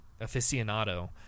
aficionado